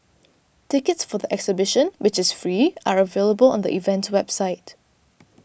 tickets for the exhibition which is free are available on the event's website